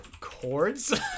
chords